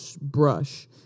brush